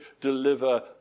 deliver